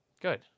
Good